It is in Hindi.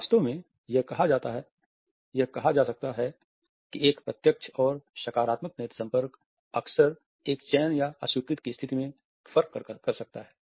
वास्तव में यह कहा जा सकता है कि एक प्रत्यक्ष और सकारात्मक नेत्र संपर्क अक्सर एक चयन या अस्वीकृति की स्थिति में फर्क कर सकता है